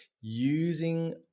Using